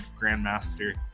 grandmaster